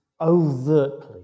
overtly